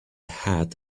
hat